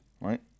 right